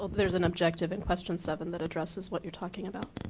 there is an objective in question seven that addresses what you're talking about.